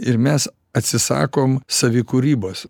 ir mes atsisakom savi kūrybos